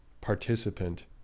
participant